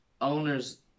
owners